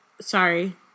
sorry